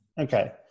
okay